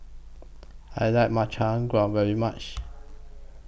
I like Makchang Gui very much